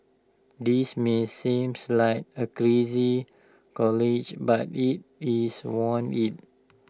this may seems like A crazy college but IT is want IT